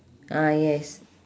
ah yes